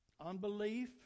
unbelief